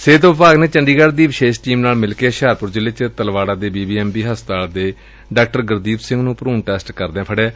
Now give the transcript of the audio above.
ਸਿਹਤ ਵਿਭਾਗ ਨੇ ਚੰਡੀਗੜ ਦੀ ਵਿਸ਼ੇਸ਼ ਟੀਮ ਨਾਲ ਮਿਲਕੇ ਹੁਸ਼ਿਆਰਪੁਰ ਜ਼ਿਲ਼ੇ ਚ ਤਲਵਾੜਾ ਦੇ ਬੀ ਬੀ ਐਮ ਬੀ ਹਸਪਤਾਲ ਦੇ ਡਾਗੁਰਦੀਪ ਸਿੰਘ ਨੂੰ ਭਰੂਣ ਟੈਸਟ ਕਰਦੇ ਫੜਿਐ